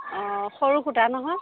অ সৰু সূতা নহয়